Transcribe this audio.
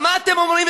מה אתם אומרים?